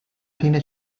fine